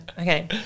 Okay